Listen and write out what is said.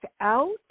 out